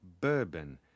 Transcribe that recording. bourbon